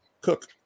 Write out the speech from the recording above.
cook